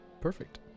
perfect